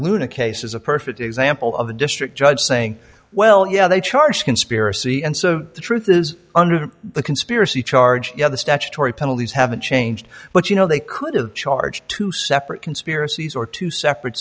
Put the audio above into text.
luna case is a perfect example of a district judge saying well yeah they charge conspiracy and so the truth is under the conspiracy charge yeah the statutory penalties haven't changed but you know they could have charged two separate conspiracies or two separate